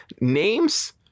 names